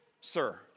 sir